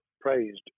praised